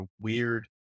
weird